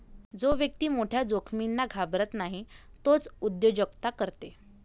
जो व्यक्ती मोठ्या जोखमींना घाबरत नाही तोच उद्योजकता करते